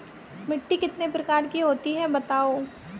मिट्टी कितने प्रकार की होती हैं बताओ?